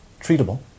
treatable